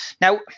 Now